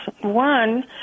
one